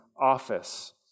office